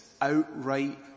outright